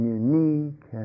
unique